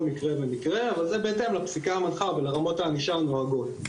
מקרה ומקרה וזה בהתאם לפסיקה המנחה ולרמות הענישה הרבות,